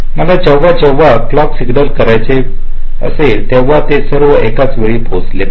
मला जेव्हा जेव्हा क्लॉक सिग्नल करायला पाहिजे असेल तेव्हा ते सर्व एकाच वेळी पोचले पाहिजे